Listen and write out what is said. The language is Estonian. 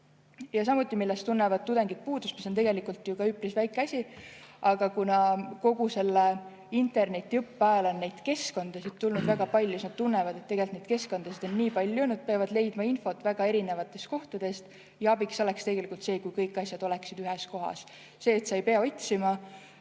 Samuti tunnevad tudengid puudust sellest, mis on tegelikult üpris väike asi, aga kuna kogu internetiõppe ajal on neid keskkondasid tulnud väga palju, siis nad tunnevad, et tegelikult neid keskkondasid on palju ja nad peavad leidma infot väga erinevatest kohtadest. Abiks oleks see, kui kõik asjad oleksid ühes kohas. See, et sa ei pea otsima,